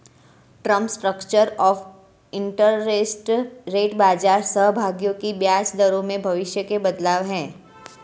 term structure of interest rate बाजार सहभागियों की ब्याज दरों में भविष्य के बदलाव है